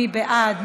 מי בעד?